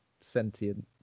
sentient